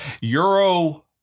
Euro